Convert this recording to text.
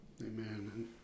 Amen